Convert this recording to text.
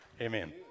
Amen